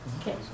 Okay